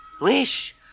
wish